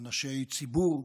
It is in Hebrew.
אנשי ציבור,